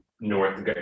North